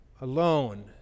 alone